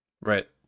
Right